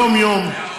יום-יום,